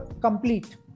complete